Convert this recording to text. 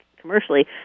commercially